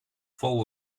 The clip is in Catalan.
fou